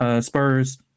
Spurs